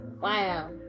wow